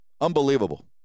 Unbelievable